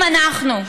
אם אנחנו,